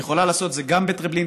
היא יכולה לעשות את זה גם בטרבלינקה,